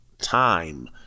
time